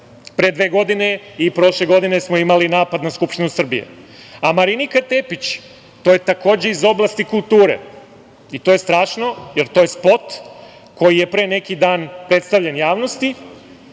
pre dve godina i prošle godine smo imali napad na Skupštinu Srbije. Marinika Tepić, to je takođe iz oblasti kulture i to je strašno jer to je spot koji je pre neki dan predstavljen javnosti.